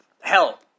Hell